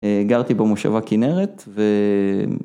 גרתי במושבה כנרת.